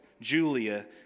Julia